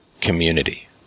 community